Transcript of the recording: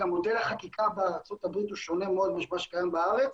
גם מודל החקיקה בארה"ב שונה מאוד ממה שקיים בארץ,